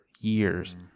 years